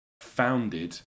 founded